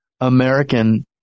American